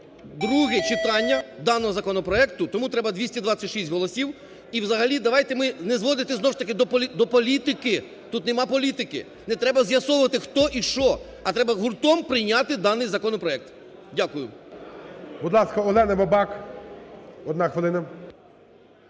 друге читання даного законопроекту, тому треба 226 голосів. І взагалі давайте ми, не зводити знову ж таки до політики. Тут нема політики. Не треба з'ясовувати, хто і що, а треба гуртом прийняти даний законопроект. Дякую. ГОЛОВУЮЧИЙ. Будь ласка, Олена Бабак. Одна хвилина.